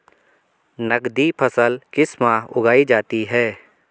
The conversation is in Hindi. नकदी फसल किस माह उगाई जाती है?